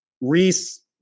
reese